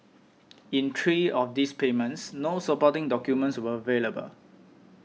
in three of these payments no supporting documents were available